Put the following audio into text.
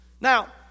Now